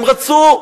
הם רצו,